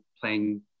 playing